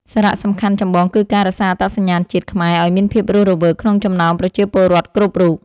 សារៈសំខាន់ចម្បងគឺការរក្សាអត្តសញ្ញាណជាតិខ្មែរឱ្យមានភាពរស់រវើកក្នុងចំណោមប្រជាពលរដ្ឋគ្រប់រូប។